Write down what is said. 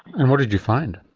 and what did you find?